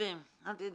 יודעים, אל תדאג.